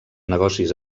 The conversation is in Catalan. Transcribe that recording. negocis